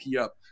up